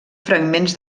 fragments